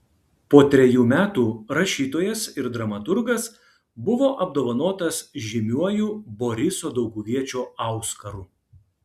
po trejų metų rašytojas ir dramaturgas buvo apdovanotas žymiuoju boriso dauguviečio auskaru